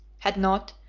had not,